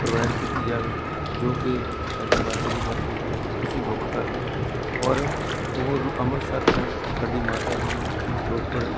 provide ਕੀਤੀ ਜਾਵੇ ਜੋ ਕਿ ਸਾਡੀ ਮਾਤਾ ਜੀ ਕਰਕੇ ਤੁਸੀਂ ਬੁੱਕ ਕਰ ਦਿਉ ਔਰ ਉਹ ਰੋ ਅੰਮ੍ਰਿਤਸਰ ਤੋਂ ਸਾਡੀ ਮਾਤਾ ਜੀ ਨੂੰ ਰੋਪੜ